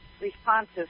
responses